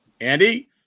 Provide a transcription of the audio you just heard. Andy